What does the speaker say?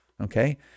Okay